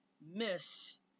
miss